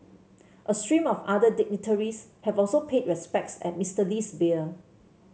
a stream of other dignitaries have also paid respects at Mister Lee's bier